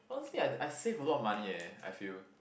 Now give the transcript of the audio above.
honestly I I save a lot of money eh I feel